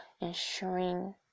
ensuring